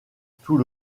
tout